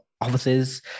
offices